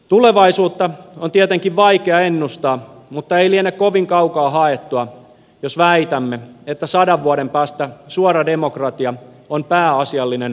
tulevaisuutta on tietenkin vaikea ennustaa mutta ei liene kovin kaukaa haettua jos väitämme että sadan vuoden päästä suora demokratia on pääasiallinen vaikuttamismuoto